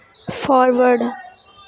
forward